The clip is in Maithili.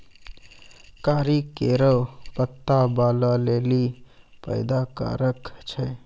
करी केरो पत्ता बालो लेलि फैदा कारक छै